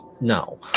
no